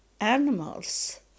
animals